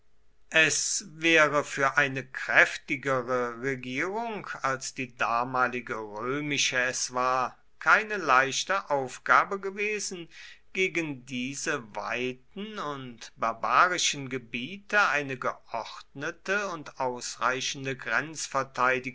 es wäre für eine kräftigere regierung als die damalige römische es war keine leichte aufgabe gewesen gegen diese weiten und barbarischen gebiete eine geordnete und ausreichende